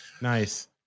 Nice